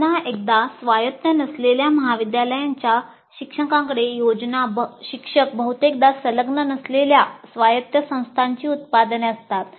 पुन्हा एकदा स्वायत्त नसलेल्या महाविद्यालयांच्या शिक्षकांकडे येताना शिक्षक बहुतेकदा संलग्न नसलेल्या स्वायत्त संस्थांची उत्पादने असतात